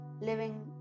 living